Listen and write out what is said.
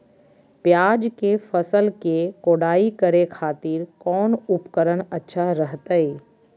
प्याज के फसल के कोढ़ाई करे खातिर कौन उपकरण अच्छा रहतय?